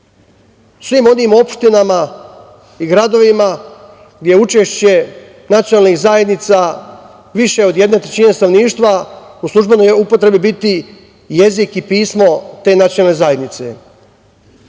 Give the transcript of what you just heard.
svim onim opštinama i gradovima gde je učešće nacionalnih zajednica više od jedne trećine stanovništva u službenoj upotrebi biti jezik i pismo te nacionalne zajednice. Prema